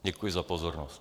Děkuji za pozornost.